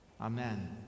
amen